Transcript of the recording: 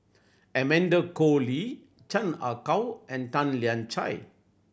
Amanda Koe Lee Chan Ah Kow and Tan Lian Chye